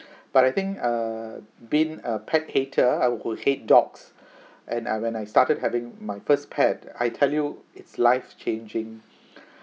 but I think err being a pet hater I will go hate dogs and I when I started having my first pet I tell you it's life changing